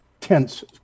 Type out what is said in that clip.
tense